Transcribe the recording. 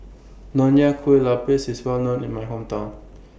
Nonya Kueh Lapis IS Well known in My Hometown